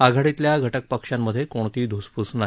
आघाडीतल्या घटकपक्षांमधे कोणतीही ध्सपूस नाही